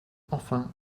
enfin